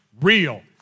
real